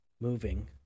moving